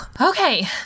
Okay